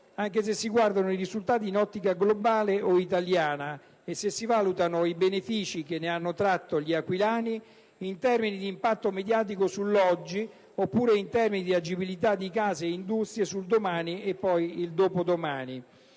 anche se si guardano i risultati in ottica globale o italiana e se si valutano i benefici che ne hanno tratto gli aquilani in termini di impatto mediatico sull'oggi, oppure in termini di agibilità di case e industrie sul domani e il dopodomani.